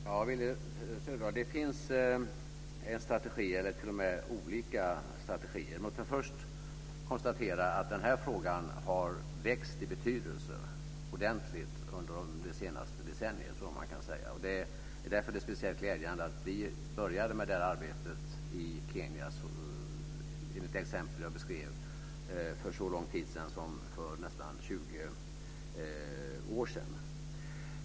Fru talman! Det finns olika strategier, Willy Söderdahl. Låt mig först konstatera att den frågan har växt i betydelse under det senaste decenniet. Det är därför speciellt glädjande att vi började med det arbetet i Kenya enligt det exempel jag beskrev för så lång tid som 20 år sedan.